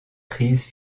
crise